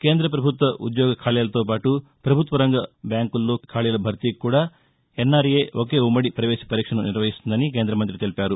కేంద్ర ప్రభుత్వ ఉద్యోగ ఖాళీలతోపాటు ప్రభుత్వ రంగ బ్యాంకుల్లో ఖాళీల భర్తీకి కూడా ఎన్ఆర్ఎ ఒకే ఉమ్మడి పవేశ పరీక్షను నిర్వహిస్తుందని కేందమంతి తెలిపారు